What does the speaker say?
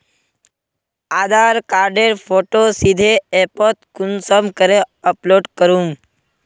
आधार कार्डेर फोटो सीधे ऐपोत कुंसम करे अपलोड करूम?